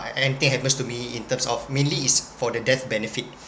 ah anything happens to me in terms of mainly it's for the death benefit